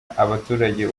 abaturage